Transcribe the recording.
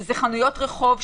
שזה חנויות רחוב,